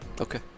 Okay